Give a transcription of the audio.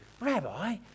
Rabbi